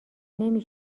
نمی